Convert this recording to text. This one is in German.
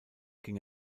ging